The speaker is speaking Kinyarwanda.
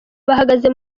bahagaze